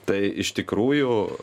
tai iš tikrųjų